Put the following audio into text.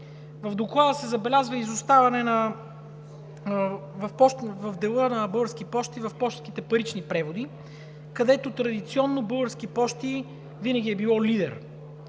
В Доклада се забелязва изоставане в дела на Български пощи в пощенските парични преводи, където традиционно Български пощи винаги е било лидер.